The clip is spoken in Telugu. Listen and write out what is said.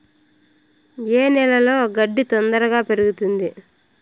ఏ నేలలో గడ్డి తొందరగా పెరుగుతుంది